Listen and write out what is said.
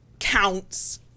Counts